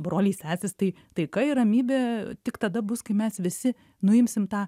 broliai sesės tai taika ir ramybė tik tada bus kai mes visi nuimsim tą